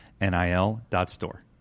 nil.store